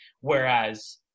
Whereas